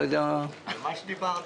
על מה שדיברת.